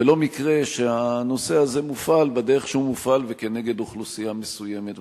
ולא מקרה שהנושא הזה מופעל בדרך שהוא מופעל ונגד אוכלוסייה מסוימת.